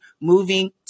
moving